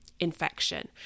infection